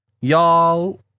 y'all